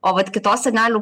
o vat kitos senelių